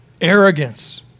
arrogance